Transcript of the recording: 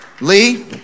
Lee